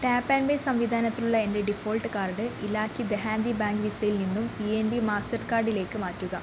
tap and pay സംവിധാനത്തിലുള്ള എൻ്റെ default card ഇലാക്കി ദെഹാതി ബാങ്ക് വിസയിൽ നിന്നും പി എൻ ബി മാസ്റ്റർകാർഡിലേക്ക് മാറ്റുക